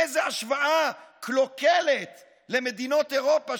איזו השוואה קלוקלת למדינות אירופה,